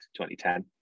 2010